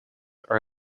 are